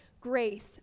grace